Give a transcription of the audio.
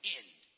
end